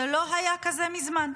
זה לא היה כזה מזמן.